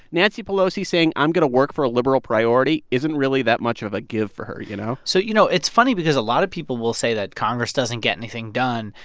nancy pelosi saying, i'm going to work for a liberal priority, isn't really that much of a give for her, you know? so, you know, it's funny because a lot of people will say that congress doesn't get anything done.